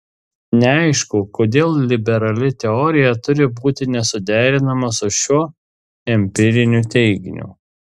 neaišku kodėl liberali teorija turi būti nesuderinama su šiuo empiriniu teiginiu